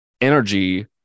Energy